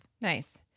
nice